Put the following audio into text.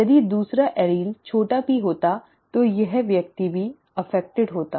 यदि दूसरा एलील छोटा p होता तो यह व्यक्ति भी प्रभावित होता